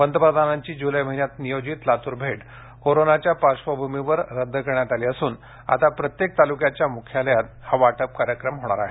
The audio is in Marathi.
पंतप्रधानांची जूलै महिन्यात नियोजित लातूर भेट कोरोनाच्या पार्श्वभूमीवर रद्द करण्यात आली असून आता प्रत्येक तालुक्याच्या मुख्यालयात हा वाटप कार्यक्रम होणार आहे